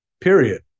Period